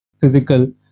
physical